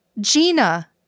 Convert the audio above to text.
Gina